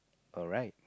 alright